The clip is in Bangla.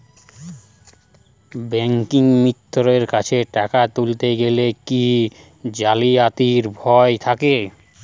ব্যাঙ্কিমিত্র কাছে টাকা তুলতে গেলে কি জালিয়াতির ভয় থাকে?